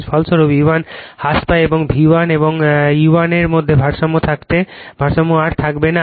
ফলস্বরূপ E1 হ্রাস পায় এবং V1 এবং E1 এর মধ্যে ভারসাম্য আর থাকবে না